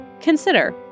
Consider